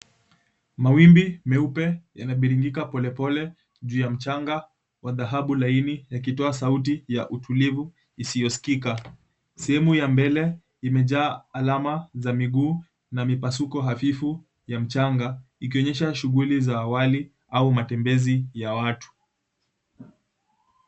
Mawimbi meupe yanabiringika polepole juu ya mchanga wa dhahabu laini yakitoa sauti ya utulivu isioskika. Sehemu ya mbele imejaa alama za miguu na mipasuko hafifu ya mchanga ikionyesha shughuli za awali au matembezi ya watu.